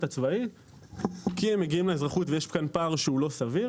הצבאי כי הם מגיעים לאזרחות ויש כאן פער שהוא לא סביר.